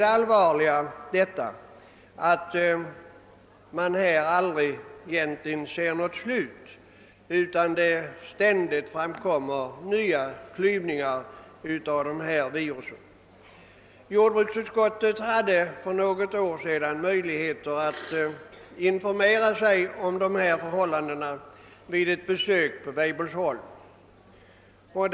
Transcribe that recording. Det allvarliga är att man egentligen aldrig ser något slut; det framkommer oupphörligt nya virusformer. Jordbruksutskottet hade för något år sedan tillfälle att låta sig informeras om dessa förhållanden vid ett besök på Weibullsholm.